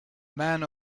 man